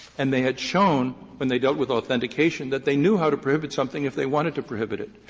and they had shown when they dealt with authentication that they knew how to prohibit something if they wanted to prohibit it.